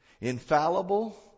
infallible